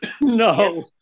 no